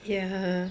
ya